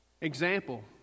Example